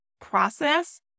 process